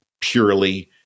purely